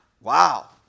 Wow